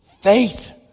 faith